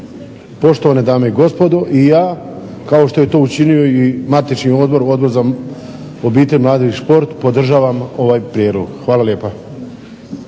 Poštovane dame i gospodo, i ja kao što je to učinio i matični odbor, Odbor za obitelj, mladež i šport podržavam ovaj prijedlog. Hvala lijepa.